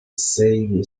same